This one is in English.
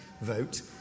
vote